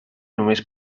només